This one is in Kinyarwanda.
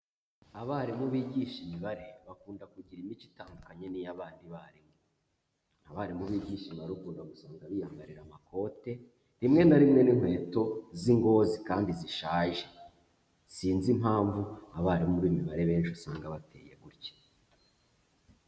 Abarimu bigisha Imibare bakunda kugira imico itandukanye n'iy'abandi barimu, abarimu bigisha imibare ukunda usanga biyambariye amakote rimwe na rimwe n'inkweto z'ingozi kandi zishaje, sinzi impamvu abarimu b'Imibare benshi usanga bateye gutya.